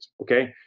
Okay